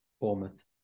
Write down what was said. Bournemouth